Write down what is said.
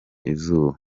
izuba